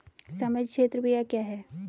सामाजिक क्षेत्र व्यय क्या है?